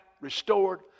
restored